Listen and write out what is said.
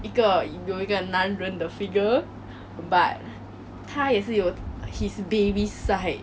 okay so I like that he is